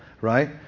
right